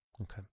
Okay